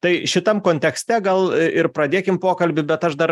tai šitam kontekste gal ir pradėkim pokalbį bet aš dar